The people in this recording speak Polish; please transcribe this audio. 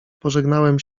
pożegnałem